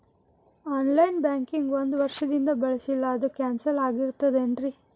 On line banking ಒಂದ್ ವರ್ಷದಿಂದ ಬಳಸಿಲ್ಲ ಅದು ಕ್ಯಾನ್ಸಲ್ ಆಗಿರ್ತದೇನ್ರಿ?